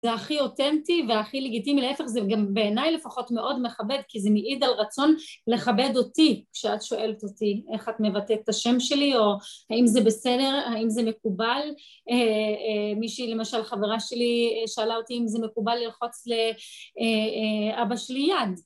זה הכי אותנטי והכי לגיטימי להפך זה גם בעיניי לפחות מאוד מכבד כי זה מעיד על רצון לכבד אותי כשאת שואלת אותי איך את מבטאת את השם שלי או האם זה בסדר, האם זה מקובל מישהי למשל חברה שלי שאלה אותי אם זה מקובל ללחוץ לאבא שלי יד